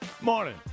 Morning